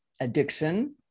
addiction